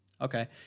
Okay